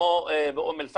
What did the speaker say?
כמו באום אל פחם,